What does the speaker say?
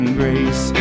grace